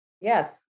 Yes